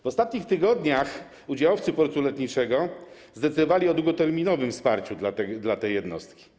W ostatnich tygodniach udziałowcy portu lotniczego zdecydowali o długoterminowym wsparciu dla tej jednostki.